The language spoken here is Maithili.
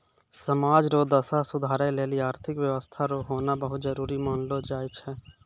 समाज रो दशा सुधारै लेली आर्थिक व्यवस्था रो होना बहुत जरूरी मानलौ जाय छै